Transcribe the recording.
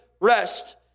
rest